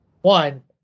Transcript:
One